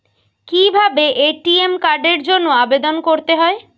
কিভাবে এ.টি.এম কার্ডের জন্য আবেদন করতে হয়?